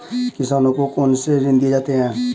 किसानों को कौन से ऋण दिए जाते हैं?